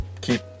keep